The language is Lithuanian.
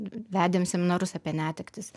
vedėm seminarus apie netektis